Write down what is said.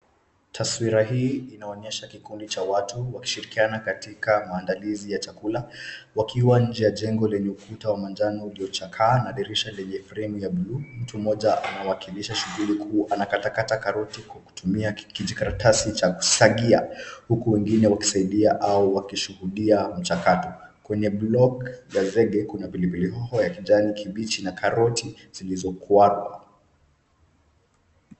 Taswira hii inaonyesha kikundi cha watu wakishirikiana katika maandalizi ya chakula. Wakiwa nje ya jengo lenye ukuta wa manjano uliochakaa na dirisha lenye fremu ya buluu. Mtu mmoja anawakilisha shughuli kuu anakatakata karoti kwa kutumia kijikarasi cha kusagia. Huku wengine wakisaidia au wakishuhudia mchakato. Kwenye (cs)blog(cs) ya zege kuna pilipilihoho ya kijani kibichi na karoti zilizokuwapo.